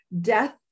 death